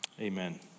amen